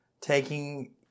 taking